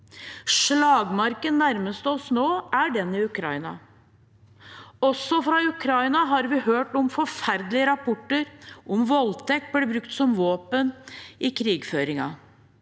Slagmarken nærmest oss nå er den i Ukraina. Også fra Ukraina har vi hørt forferdelige rapporter om voldtekt brukt som våpen i krigføringen.